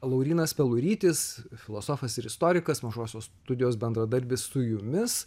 laurynas pelurytis filosofas istorikas mažosios studijos bendradarbis su jumis